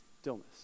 stillness